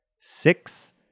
Six